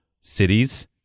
cities